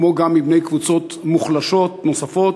כמו גם מבני קבוצות מוחלשות נוספות,